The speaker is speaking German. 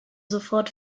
sofort